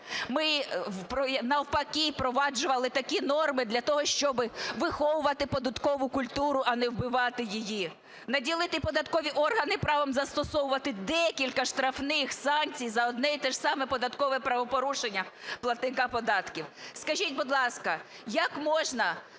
Ми навпаки впроваджували такі норми для того, щоб виховувати податкову культуру, а не вбивати її. Наділити податкові органи правом застосовувати декілька штрафних санкцій за одне і те ж саме податкове правопорушення платника податків. Скажіть, будь ласка, як можна…